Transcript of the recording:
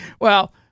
Well-